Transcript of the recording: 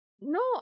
No